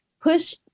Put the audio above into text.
push